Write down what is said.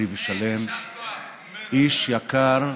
בריא ושלם, איש יקר,